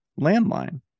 landline